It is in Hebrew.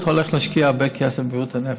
הולך להשקיע הרבה כסף בבריאות הנפש,